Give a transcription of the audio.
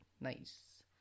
Nice